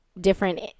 different